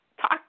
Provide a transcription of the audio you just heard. talk